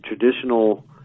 traditional